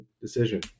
decision